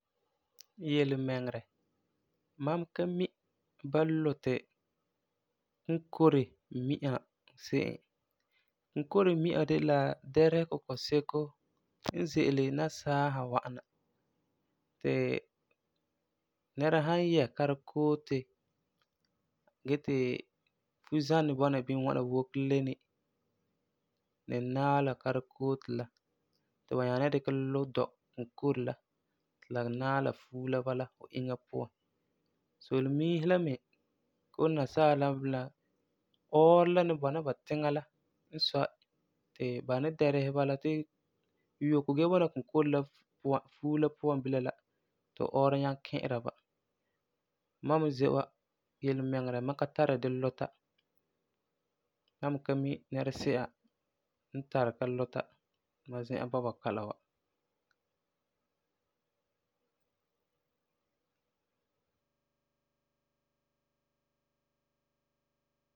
Yelemiŋerɛ, mam ka mi ba luti kunkore mi'a se'em. Kunkore mi'a de la dɛresegɔ kuseko n ze'ele nasaa sa wa'am na, ti nɛra san yɛ kari-koote, gee ti fuzanɛ bɔna bini ŋwana woko leni, ni naɛ la kari-koote la bala ti ba nyaa ni dikɛ lu dɔ kunkore la ti la naɛ la fuo la bala, inya puan. Solemiisi la me, Koo nasaa la na, ɔɔrɔ la ni bɔna ba tiŋa la n sɔi ti ba ni dɛresɛ bala ti yoko da bɔna kunkore la puan, fuo la puan bilam la ti ɔɔrɔ nyaŋɛ ki'ira ba. Mam me ze wa, Yelemiŋerɛ mam ka tari di luta, mam me ka mi nɛresi'a n tari ba luta tumam zi'an bɔba kalam wa.